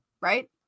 right